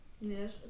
Yes